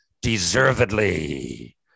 deservedly